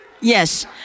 Yes